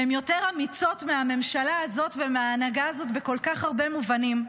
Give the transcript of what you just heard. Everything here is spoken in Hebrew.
הן יותר אמיצות מהממשלה הזאת ומההנהגה הזאת בכל כך הרבה מובנים.